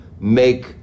make